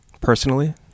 personally